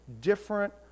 different